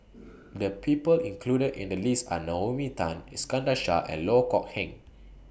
The People included in The list Are Naomi Tan Iskandar Shah and Loh Kok Heng